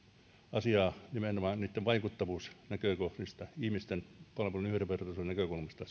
asiaa nimenomaan vaikuttavuusnäkökohdista ihmisten palveluiden yhdenvertaisuuden näkökulmasta